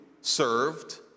served